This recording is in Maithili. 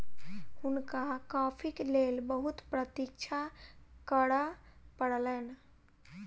हुनका कॉफ़ीक लेल बहुत प्रतीक्षा करअ पड़लैन